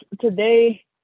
today